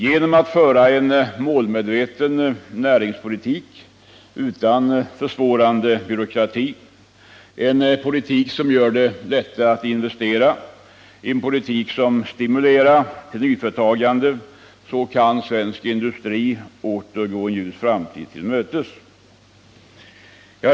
Genom att föra en målmedveten näringspolitik utan försvårande byråkrati, en politik som gör det lättare att investera, en politik som stimulerar till nyföretagande kan svensk industri åter gå en ljus framtid till mötes.